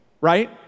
right